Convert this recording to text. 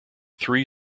three